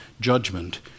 judgment